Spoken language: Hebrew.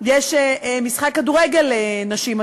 יש משחק כדורגל נשים,